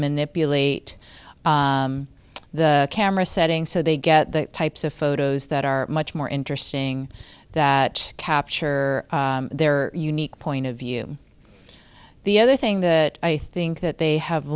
manipulate the camera settings so they get the types of photos that are much more interesting that capture their unique point of view the other thing that i think that they have